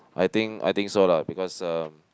I think I think so lah because uh